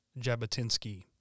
Jabotinsky